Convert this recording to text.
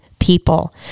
people